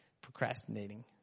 procrastinating